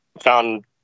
found